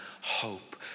hope